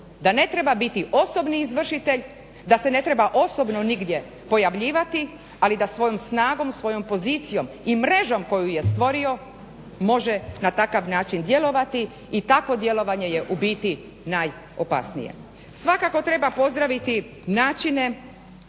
da ne treba biti osobni izvršitelj, da se ne treba osobno nigdje pojavljivati, ali da svojom snagom, svojom pozicijom i mrežom koju je stvorio može na takav način djelovati i takvo djelovanje je u biti najopasnije. Svakako treba pozdraviti načine